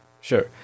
sure